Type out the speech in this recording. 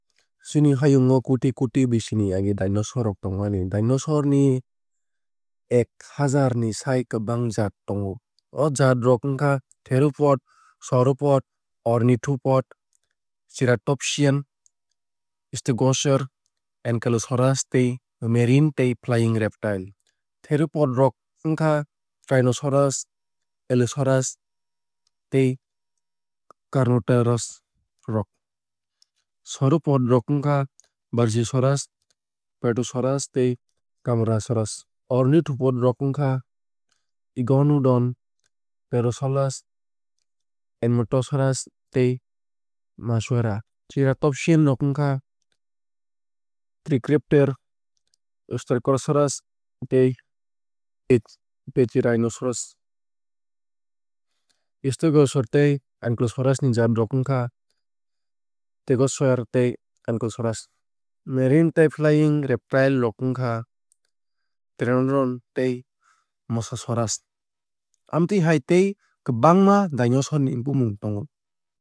Chini hayung o koti koti bisi ni age dinosaur rok tongmani. Dinosaur ni ek haazaar ni sai kwbang jaat tongo. O jaat rok wngkha theropod sauropod ornithopod ceratopsian stegosaur ankylosaur tei marine tei flying reptile. Theropod rok wngkha tyrannosaurus allosaurus tei carnotaurus rok. Sauropod rok wngkha brachiosaurus apatosaurus tei camarasaurus. Ornithopod rok wngkha iguanodon parasaurolophus edmontosaurus tei maiasaura. Ceratopsian rok wngkha triceratops styracosaurus tei pachyrhinosaurus. Stegosaur tei ankylosaur ni jaat rok wngkha stegosaurus tei ankylosaurus. Marine tei flying reptile rok wngkha pteranodon tei mosasaurus. Amtwui hai teibo kwbangma dinosaur ni bumung tongo.